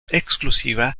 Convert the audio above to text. exclusiva